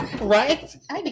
right